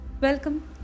Welcome